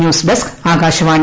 news desk Akashvani